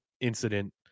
incident